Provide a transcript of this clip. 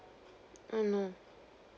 oh no